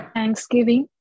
Thanksgiving